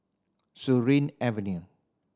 Surin Avenue